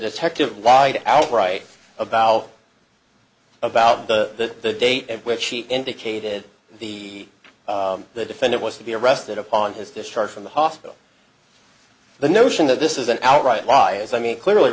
detective lied outright about how about the date at which he indicated the the defendant was to be arrested upon his discharge from the hospital the notion that this is an outright lie as i mean clearly